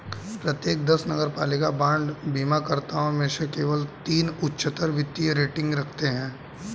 प्रत्येक दस नगरपालिका बांड बीमाकर्ताओं में से केवल तीन उच्चतर वित्तीय रेटिंग रखते हैं